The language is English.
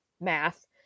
math